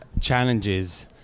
challenges